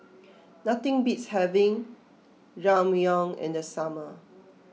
nothing beats having Ramyeon in the summer